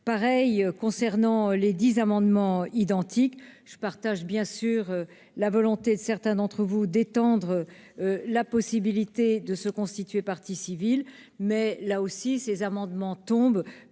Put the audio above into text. pareil concernant les dix amendements identiques, je partage bien sûr la volonté de certains d'entre vous d'étendre la possibilité de se constituer partie civile, mais là aussi, ces amendements,